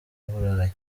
burayi